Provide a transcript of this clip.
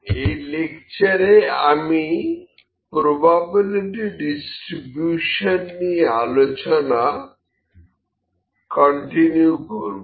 এই লেকচারে আমি প্রোবাবিলিটি ডিস্ট্রিবিউশন নিয়ে আলোচনা কন্টিনিউ করব